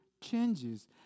changes